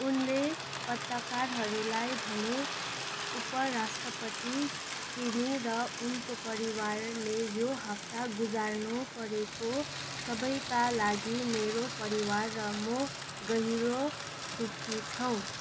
उनले पत्रकारहरूलाई भने उपराष्ट्रपति चेनी र उनको परिवारले यो हप्ता गुज्रानु परेको सबैका लागि मेरो परिवार र म गहिरो दु खी छौँ